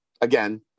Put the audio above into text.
Again